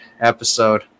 episode